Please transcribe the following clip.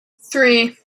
three